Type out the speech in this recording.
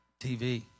TV